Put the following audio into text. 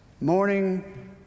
morning